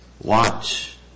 Watch